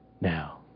now